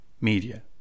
media